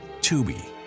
Tubi